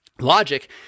Logic